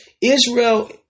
Israel